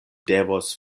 devos